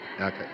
Okay